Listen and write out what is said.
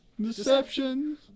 deception